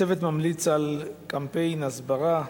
הצוות ממליץ על קמפיין הסברה,